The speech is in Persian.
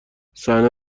صحنه